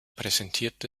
präsentierte